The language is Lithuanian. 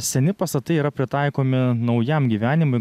seni pastatai yra pritaikomi naujam gyvenimui